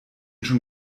schon